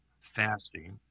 fasting